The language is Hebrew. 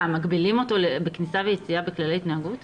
מגבילים אותו בכניסה וביציאה בכללי התנהגות?